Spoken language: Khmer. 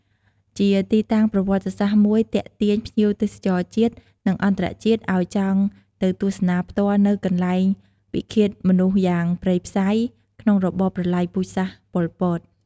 ជាទីតាំងប្រវត្តិសាស្ត្រមួយទាក់ទាញភ្ញៀវទេសចរជាតិ និងអន្តរជាតិឲ្យចង់ទៅទស្សនាផ្ទាល់នូវកន្លែងពិឃាដមនុស្សយ៉ាងព្រៃផ្សៃ ក្នុងរបបប្រល័យពូជសាសន៍ប៉ុលពត។